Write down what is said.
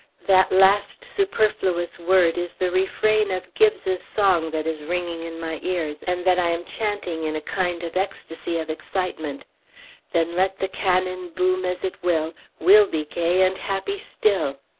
that last superfluous word is the refrain of gibbes's song that is ringing in my ears, and that i am chanting in a kind of ecstasy of excitement then let the cannon boom as it will, we'll be gay and happy still!